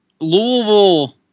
Louisville